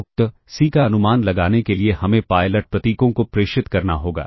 तो CSI का अनुमान लगाने के लिए हमें पायलट प्रतीकों को प्रेषित करना होगा